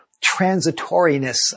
transitoriness